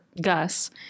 Gus